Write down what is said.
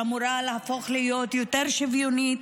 שאמורה להפוך להיות יותר שוויונית,